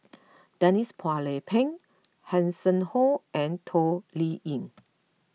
Denise Phua Lay Peng Hanson Ho and Toh Liying